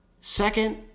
second